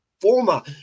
former